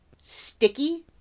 sticky